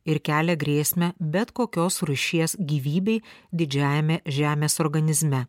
ir kelia grėsmę bet kokios rūšies gyvybei didžiajame žemės organizme